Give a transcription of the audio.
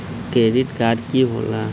Credit card की होला?